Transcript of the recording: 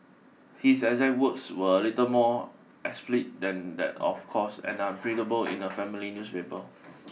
his exact words were a little more than that of course and unprintable in a family